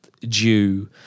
due